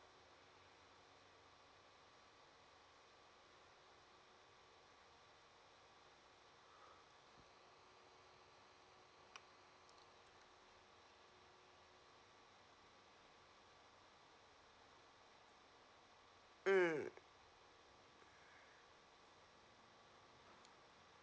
mm